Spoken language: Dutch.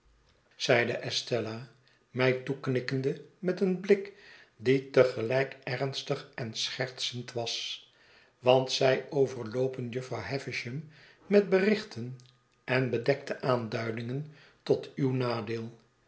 estella mij toeknikkende met een blik die te gelijk ernstig en schertsend was want zij overloopen jufvrouw havisham met berichten en bedekte aanduidingen tot uw nadeel